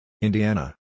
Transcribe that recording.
Indiana